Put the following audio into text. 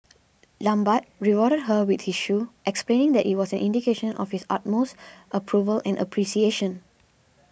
lambert rewarded her with his shoe explaining that it was an indication of his utmost approval and appreciation